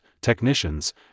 technicians